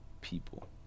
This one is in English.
people